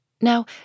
Now